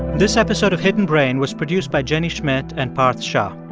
this episode of hidden brain was produced by jenny schmidt and parth shah.